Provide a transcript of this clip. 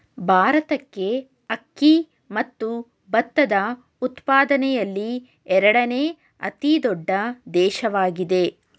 ಭಾರತಕ್ಕೆ ಅಕ್ಕಿ ಮತ್ತು ಭತ್ತದ ಉತ್ಪಾದನೆಯಲ್ಲಿ ಎರಡನೇ ಅತಿ ದೊಡ್ಡ ದೇಶವಾಗಿದೆ